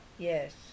Yes